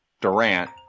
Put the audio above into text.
Durant